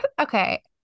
Okay